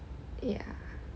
yeah